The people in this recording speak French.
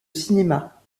cinéma